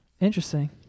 Interesting